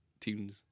tunes